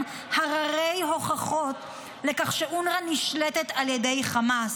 הררי הוכחות לכך שאונר"א נשלטת על ידי חמאס,